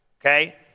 okay